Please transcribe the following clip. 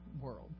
world